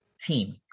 team